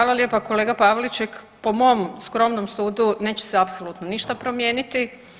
Hvala lijepa kolega Pavliček, po mom skromnom sudu neće se apsolutno ništa promijeniti.